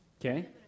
Okay